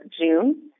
June